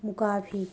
ꯃꯨꯀꯥ ꯐꯤ